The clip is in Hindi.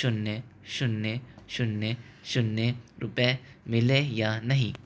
शून्य शून्य शून्य शून्य रुपये मिले या नहीं